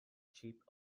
cheap